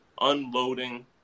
unloading